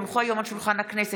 כי הונחו היום על שולחן הכנסת,